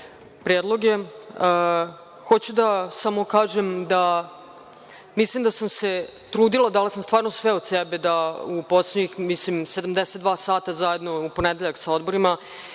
predloge. Hoću samo da kažem da mislim da sam se trudila, dala sam stvarno sve od sebe da u poslednja 72 sata, zajedno u ponedeljak sa odborima,